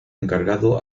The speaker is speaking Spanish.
encargado